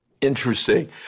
Interesting